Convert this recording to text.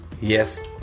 Yes